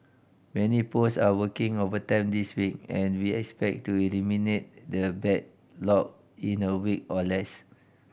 many post are working overtime this week and we expect to eliminate the backlog in a week or less